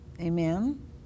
Amen